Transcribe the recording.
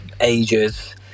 ages